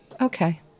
Okay